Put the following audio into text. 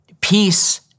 peace